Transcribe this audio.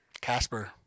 Casper